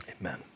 amen